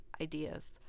ideas